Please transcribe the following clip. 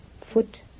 foot